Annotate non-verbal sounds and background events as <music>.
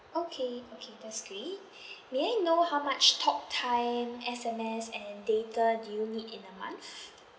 okay okay that's great <breath> may I know how much talk time S_M_S and data do you need in a month